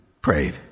prayed